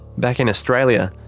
back in australia,